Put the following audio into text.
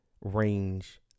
range